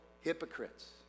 hypocrites